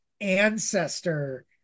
ancestor